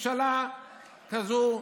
ממשלה כזו,